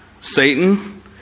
Satan